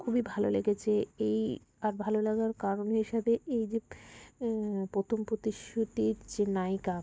খুবই ভালো লেগেছে এই আর ভালো লাগার কারণ হিসাবে এই যে প্রথম প্রতিশ্রুতির যে নায়িকা